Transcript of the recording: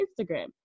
Instagram